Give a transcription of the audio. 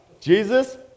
Jesus